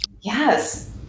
Yes